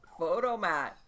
Photomat